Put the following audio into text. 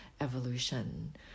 evolution